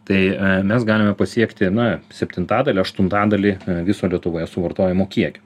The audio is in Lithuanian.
tai mes galime pasiekti na septintadalį aštuntadalį viso lietuvoje suvartojamo kiekio